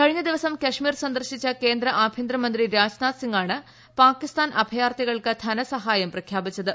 കഴിഞ്ഞ ദിവസം കാശ്മീർ സന്ദർശിച്ച കേന്ദ്ര ആഭ്യന്തരമന്ത്രി രാജ്നാഥ് സിങ്ങാണ് പാകിസ്ഥാൻ അഭയാർത്ഥികൾക്ക് ധനസഹായം പ്രഖ്യാപിച്ചത്